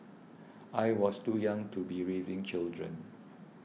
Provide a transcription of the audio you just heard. I was too young to be raising children